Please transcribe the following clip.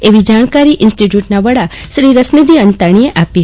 એવી જાણકારી ઈન્સ્ટીટ્યુટના વડા શ્રી રસનિધી અંતાણીએ આપી હતી